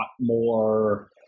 more